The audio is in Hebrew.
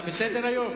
אתה בסדר היום?